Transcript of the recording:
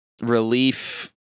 relief